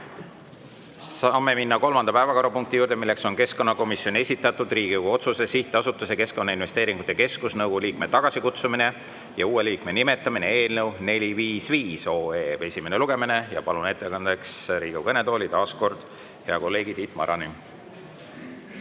Saame minna kolmanda päevakorrapunkti juurde, milleks on keskkonnakomisjoni esitatud Riigikogu otsuse "Sihtasutuse Keskkonnainvesteeringute Keskus nõukogu liikme tagasikutsumine ja uue liikme nimetamine" eelnõu 455 esimene lugemine. Palun ettekandeks Riigikogu kõnetooli taas kord hea kolleegi Tiit Marani.